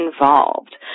involved